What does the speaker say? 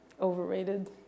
Overrated